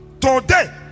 Today